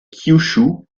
kyūshū